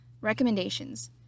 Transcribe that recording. Recommendations